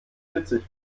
witzig